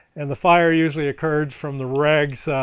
and the fire usually occurred from the rags